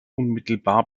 unmittelbar